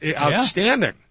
outstanding